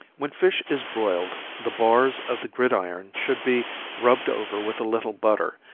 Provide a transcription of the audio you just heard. when fish is broiled, the bars of the gridiron should be rubbed over with a little butter,